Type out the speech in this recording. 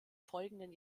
folgenden